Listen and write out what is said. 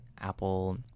Apple